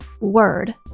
word